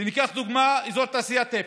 ניקח לדוגמה את אזור התעשייה תפן.